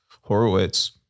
Horowitz